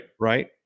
right